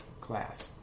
class